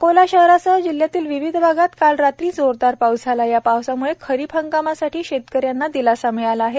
अकोला शहरासह जिल्ह्यातील विविध भागात काल रात्री जोरदार पाऊस झाला या पावसामुळे खरीप हंगामासाठी शेतकऱ्यांना दिलासा मिळाला आहे